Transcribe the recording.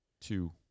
two